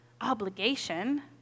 obligation